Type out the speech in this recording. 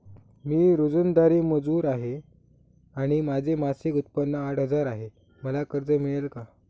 मी रोजंदारी मजूर आहे आणि माझे मासिक उत्त्पन्न आठ हजार आहे, मला कर्ज मिळेल का?